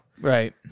Right